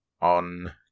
on